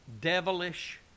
devilish